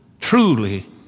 Truly